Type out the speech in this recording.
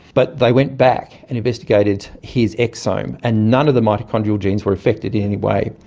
but they went back and investigated his exome, and none of the mitochondrial genes were affected in any way.